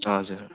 हजुर